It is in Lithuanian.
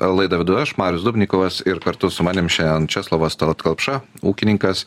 laidą vedu aš marius dubnikovas ir kartu su manim šiandien česlovas tallat kelpša ūkininkas